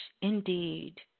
indeed